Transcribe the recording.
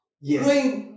yes